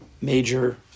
major